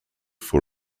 for